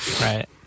Right